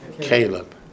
Caleb